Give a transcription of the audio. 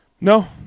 No